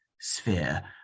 sphere